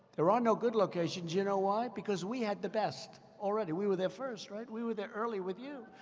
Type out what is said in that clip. there are ah no good locations. you know why? because we had the best already. we were there first, right? we were there early, with you.